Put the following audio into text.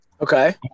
Okay